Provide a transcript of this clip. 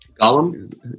Gollum